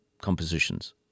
compositions